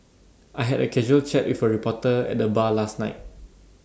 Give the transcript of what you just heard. I had A casual chat with A reporter at the bar last night